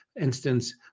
instance